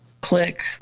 click